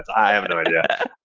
i have no idea.